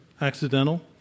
accidental